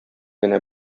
генә